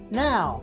now